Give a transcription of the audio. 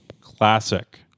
Classic